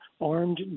armed